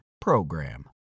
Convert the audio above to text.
PROGRAM